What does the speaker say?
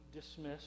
dismiss